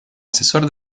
asesor